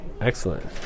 excellent